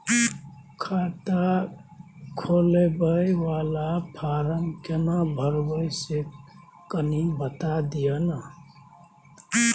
खाता खोलैबय वाला फारम केना भरबै से कनी बात दिय न?